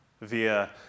via